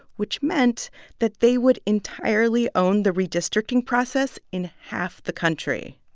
which meant that they would entirely own the redistricting process in half the country.